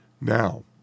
Now